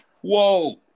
Whoa